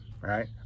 right